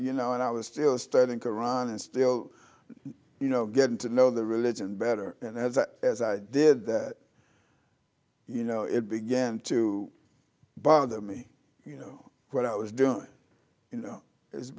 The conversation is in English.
you know i was still starting to run and still you know getting to know the religion better and as i as i did that you know it began to bother me you know what i was doing you know i